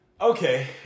Okay